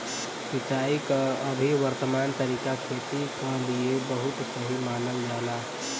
सिंचाई क अभी वर्तमान तरीका खेती क लिए बहुत सही मानल जाला